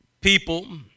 people